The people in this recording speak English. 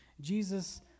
Jesus